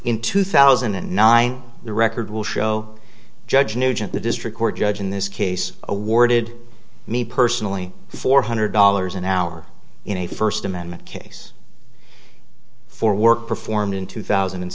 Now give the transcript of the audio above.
in two thousand and nine the record will show judge nugent the district court judge in this case awarded me personally four hundred dollars an hour in a first amendment case for work performed in two thousand and